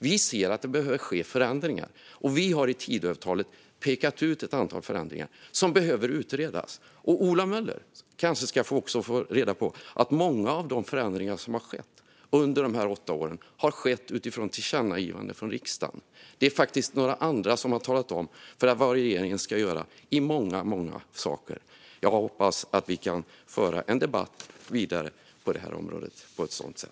Vi ser att det behöver ske förändringar. Och i Tidöavtalet har vi pekat ut ett antal förändringar som behöver utredas. Ola Möller ska kanske också få reda på att många av de förändringar som har skett under de här åtta åren har skett på grund av tillkännagivanden från riksdagen. Det var i många fall några andra som talade om vad regeringen skulle göra. Jag hoppas att vi kan föra en debatt vidare på området.